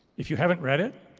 if you haven't read it,